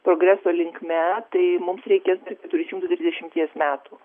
progreso linkme tai mums reikės keturių šimtų trisdešimties metų